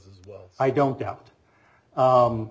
as well i don't doubt